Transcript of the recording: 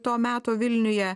to meto vilniuje